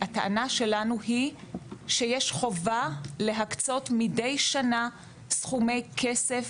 הטענה שלנו היא שיש חובה להקצות מדי שנה סכומי כסף